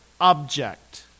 object